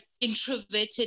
introverted